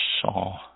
saw